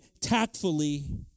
tactfully